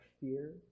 fear